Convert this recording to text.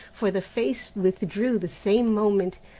for the face withdrew the same moment.